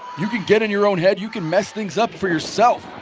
you can get in your own head, you can mess things up for yourself.